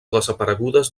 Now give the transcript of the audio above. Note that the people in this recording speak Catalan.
desaparegudes